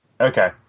okay